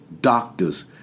doctors